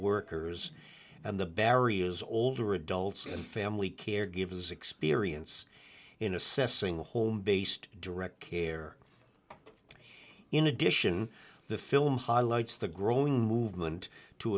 workers and the barry is older adults and family caregivers experience in assessing the home based direct care in addition the film highlights the growing movement to